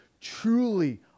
truly